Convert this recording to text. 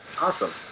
Awesome